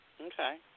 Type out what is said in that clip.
Okay